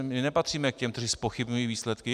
My nepatříme k těm, kteří zpochybňují výsledky.